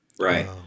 Right